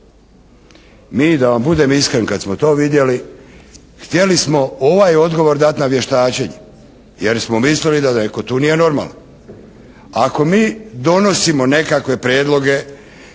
Mi da vam budem iskren kad smo to vidjeli htjeli smo ovaj odgovor dati na vještačenje, jer smo mislili da netko tu nije normalan. Ako mi donosimo nekakve prijedloge,